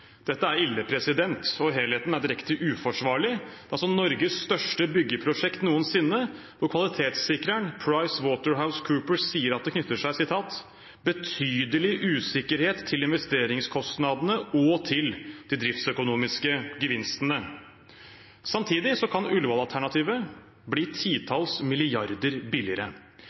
Dette er ille, og helheten er direkte uforsvarlig. Dette er Norges største byggeprosjekt noensinne, og kvalitetssikreren, PricewaterhouseCoopers, sier at det er «betydelig usikkerhet knyttet både til investeringskostnadene og de driftsøkonomiske gevinstene». Samtidig kan Ullevål-alternativet bli titalls milliarder kroner billigere.